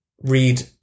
read